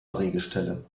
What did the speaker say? drehgestelle